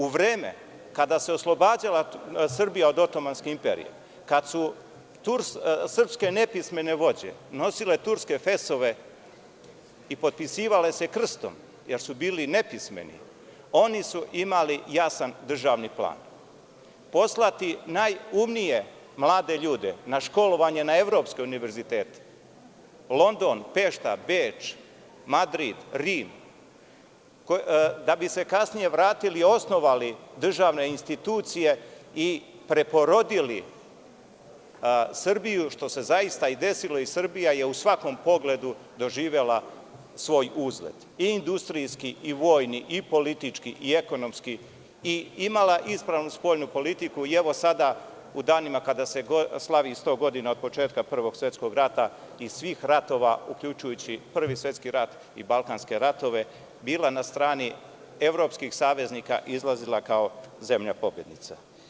U vreme kada se oslobađala Srbija od Otomanske imperije, kad su srpske nepismene vođe nosile turske fesove i potpisivale se krstom jer su bili nepismeni, oni su imali jasan državni plan - poslati najumnije mlade ljude na školovanje na evropske univerzitete, London, Pešta, Beč, Madrid, Rim, da bi se kasnije vratili i osnovali državne institucije i preporodili Srbiju, što se zaista i desilo i Srbija je u svakom pogledu doživela svoj uzlet, i industrijski, i vojni, i politički, i ekonomski, i imala ispravnu spoljnu politiku i evo, sada, u danima kada se slavi 100 godina od početka Prvog svetskog rata i svih ratova, uključujući Prvi svetski rat i balkanske ratove, bila na strani evropskih saveznika i izlazila kao zemlja pobednica.